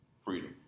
freedom